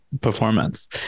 performance